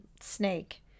Snake